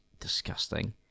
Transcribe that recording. disgusting